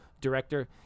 director